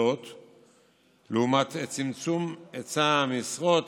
לעומת צמצום היצע משרות,